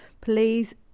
please